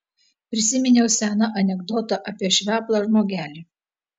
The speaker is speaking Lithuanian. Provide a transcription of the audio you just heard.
prisiminiau seną anekdotą apie šveplą žmogelį